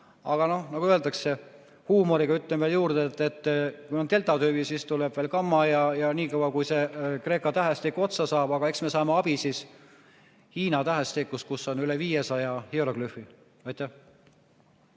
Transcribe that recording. Aga nagu öeldakse, huumoriga ütlen veel juurde, et kui on deltatüvi, siis tuleb veel gamma jne, nii kaua, kuni see kreeka tähestik otsa saab, aga eks me siis saame abi hiina tähestikust, kus on üle 500 hieroglüüfi. Mart